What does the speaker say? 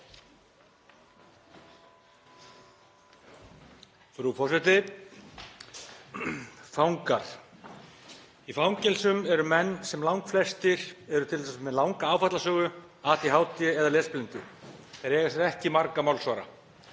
Frú forseti. Fangar: Í fangelsum eru menn sem langflestir eru t.d. með langa áfallasögu, ADHD eða lesblindu. Þeir eiga sér ekki marga málsvara.